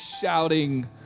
shouting